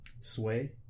Sway